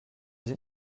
sind